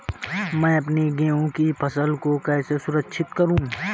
मैं अपनी गेहूँ की फसल को कैसे सुरक्षित करूँ?